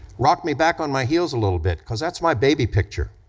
rocked me back on my heels a little bit cause that's my baby picture